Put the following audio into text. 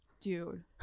Dude